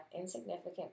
insignificant